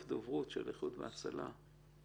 לא יכולנו להבחין איזה ארגון הצלה זה, אבל כן